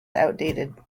outdated